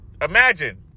Imagine